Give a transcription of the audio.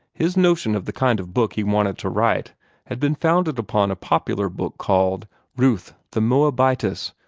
his notion of the kind of book he wanted to write had been founded upon a popular book called ruth the moabitess,